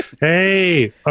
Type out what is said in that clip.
Hey